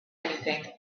anything